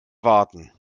warten